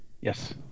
Yes